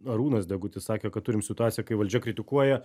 arūnas degutis sakė kad turim situaciją kai valdžia kritikuoja